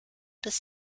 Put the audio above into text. des